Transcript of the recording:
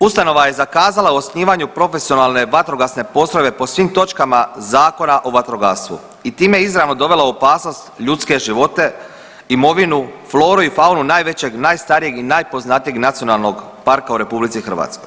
Ustanova je zakazala u osnivanju profesionalne vatrogasne postrojbe po svim točkama Zakona o vatrogastvu i time izravno dovela u opasnost ljudske živote, imovinu, floru i faunu najvećeg, najstarijeg i najpoznatijeg NP u RH.